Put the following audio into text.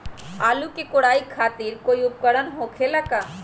आलू के कोराई करे खातिर कोई उपकरण हो खेला का?